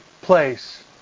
place